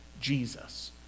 Jesus